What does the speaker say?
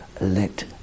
let